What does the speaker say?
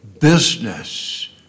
business